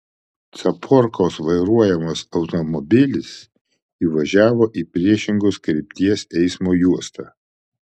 caporkaus vairuojamas automobilis įvažiavo į priešingos krypties eismo juostą